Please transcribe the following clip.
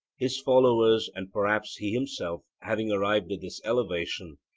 his followers, and perhaps he himself, having arrived at this elevation,